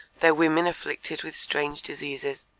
their women afflicted with strange diseases,